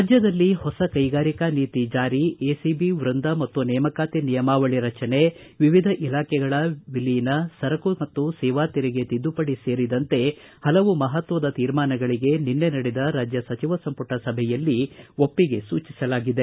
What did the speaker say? ರಾಜ್ಯದಲ್ಲಿ ಹೊಸ ಕೈಗಾರಿಕಾ ನೀತಿ ಜಾರಿ ಎಸಿಬಿ ವೃಂದ ಮತ್ತು ನೇಮಕಾತಿ ನಿಯಮಾವಳಿ ರಚನೆ ವಿವಿಧ ಇಲಾಖೆಗಳ ವಿಲೀನ ಸರಕು ಮತ್ತು ಸೇವಾ ತೆರಿಗೆ ತಿದ್ದುಪಡಿ ಸೇರಿದಂತೆ ಹಲವು ಮಹತ್ತದ ತೀರ್ಮಾನಗಳಿಗೆ ನಿನ್ನೆ ನಡೆದ ರಾಜ್ಯ ಸಚಿವ ಸಂಪುಟ ಸಭೆಯಲ್ಲಿ ಒಪ್ಪಿಗೆ ಸೂಚಿಸಲಾಗಿದೆ